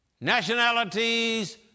Nationalities